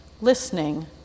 listening